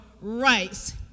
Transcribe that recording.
rights